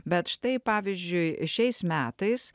bet štai pavyzdžiui šiais metais